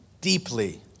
deeply